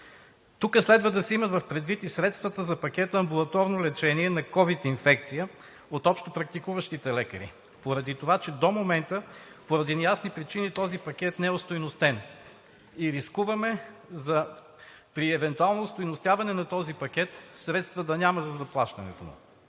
Тук следва да се имат предвид и средствата за амбулаторно лечение на ковид инфекция от общопрактикуващите лекари, поради това че до момента по неясни причини този пакет е неостойностен и рискуваме при евентуално остойностяване на този пакет средства за заплащането му